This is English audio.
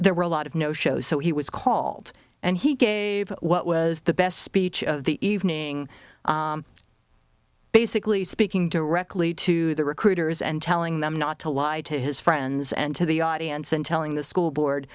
there were a lot of no shows so he was called and he gave what was the best speech of the evening basically speaking directly to the recruiters and telling them not to lie to his friends and to the audience and telling the school board